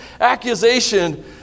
accusation